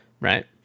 right